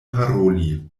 paroli